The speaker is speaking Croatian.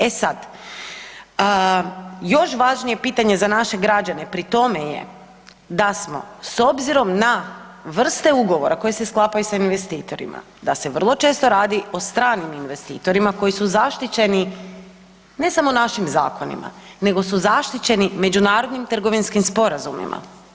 E sad, još važnije pitanje za naše građane, pri tome je da smo s obzirom na vrste ugovora koji se sklapaju s investitorima, da se vrlo često radi o stranim investitorima koji su zaštićeni ne samo našim zakonima nego su zaštićeni međunarodnim trgovinskim sporazumima.